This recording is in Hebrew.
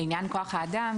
לעניין כוח האדם,